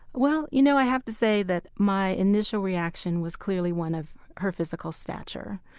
well, you know, i have to say that my initial reaction was clearly one of her physical stature.